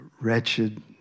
wretched